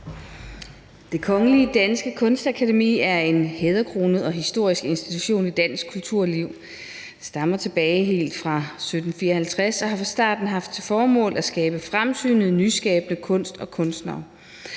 Det Kongelige Danske Kunstakademi er en hæderkronet og historisk institution i dansk kulturliv. Det stammer helt tilbage fra 1754 og har fra starten haft til formål at skabe fremsynet, nyskabende kunst og kunstnere,